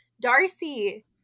Darcy